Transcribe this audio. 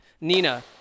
Nina